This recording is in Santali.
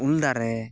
ᱩᱞ ᱫᱟᱨᱮ